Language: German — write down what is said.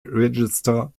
register